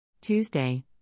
Tuesday